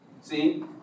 See